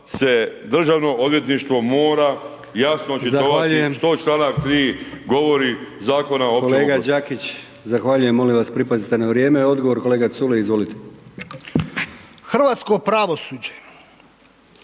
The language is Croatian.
se Državno odvjetništvo mora jasno očitovati što članak 3. govori Zakona o